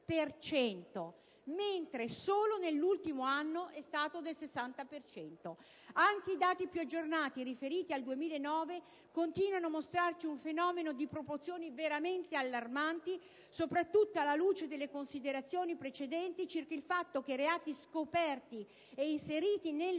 per cento, mentre solo nell'ultimo anno è stato del 60 per cento. Anche i dati più aggiornati riferiti al 2009 continuano a mostrarci un fenomeno di proporzioni veramente allarmanti, soprattutto alla luce delle considerazioni precedenti circa il fatto che i reati scoperti ed inseriti nelle